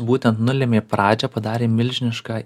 būtent nulėmė pradžią padarė milžinišką